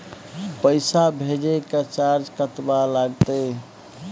पैसा भेजय के चार्ज कतबा लागते?